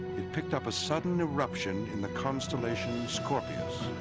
it picked up a sudden eruption in the constellation scorpius.